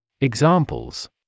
Examples